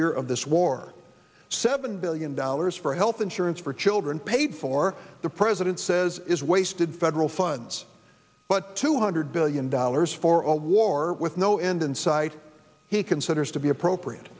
year of this war seven billion dollars for health insurance for children paid for the president says is wasted federal funds but two hundred billion dollars for a war with no end in sight he considers to be appropriate